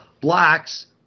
blacks